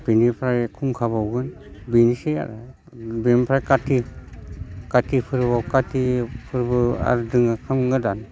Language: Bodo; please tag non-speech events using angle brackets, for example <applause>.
बिनिफ्राय खुंखा बाउगोन बिनोसै आरो बिनिफ्राय काति काति फोरबोआव काति फोरबो आरो दोङो <unintelligible>